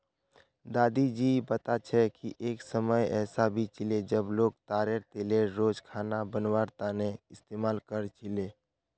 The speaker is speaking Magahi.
दादी जी बता छे कि एक समय ऐसा भी छिले जब लोग ताडेर तेलेर रोज खाना बनवार तने इस्तमाल कर छीले